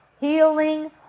healing